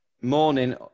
Morning